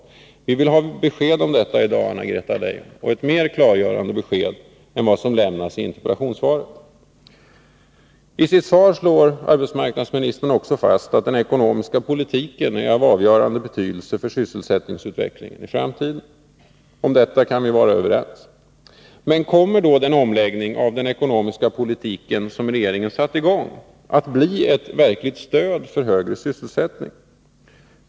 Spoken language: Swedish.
Vi vill ha besked om detta i dag, Anna-Greta Leijon, ett mer klargörande besked än I sitt svar slår arbetsmarknadsministern fast att den ekonomiska politiken är av avgörande betydelse för sysselsättningsutvecklingen i framtiden. Om detta kan vi vara överens. Men kommer då den omläggning av den ekonomiska politiken som regeringen satt i gång att bli ett verkligt stöd för högre sysselsättning?